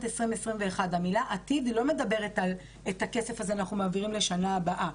2021. המילה עתיד לא אומרת שאת הכסף הזה אנחנו מעבירים לשנה הבאה.